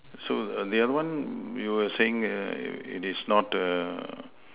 so err the other one you were saying err it is not err